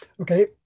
Okay